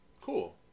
Cool